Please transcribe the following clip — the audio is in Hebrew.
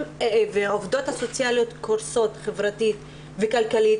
והעובדות הסוציאליות קורסות חברתית וכלכלית,